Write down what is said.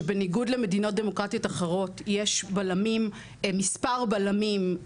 שבניגוד למדינות דמוקרטיות אחרות יש מספר בלמים,